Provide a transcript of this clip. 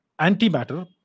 antimatter